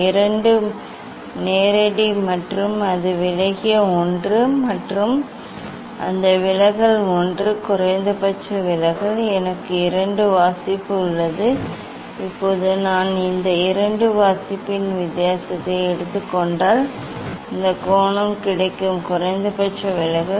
இது நேரடி மற்றும் அது விலகிய ஒன்று மற்றும் அந்த விலகல் ஒன்று குறைந்தபட்ச விலகல் எனக்கு இரண்டு வாசிப்பு உள்ளது இப்போது நான் இந்த 2 வாசிப்பின் வித்தியாசத்தை எடுத்துக் கொண்டால் இந்த கோணம் கிடைக்கும் குறைந்தபட்ச விலகல்